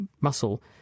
muscle